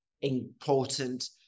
important